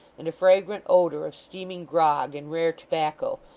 and a fragrant odour of steaming grog and rare tobacco,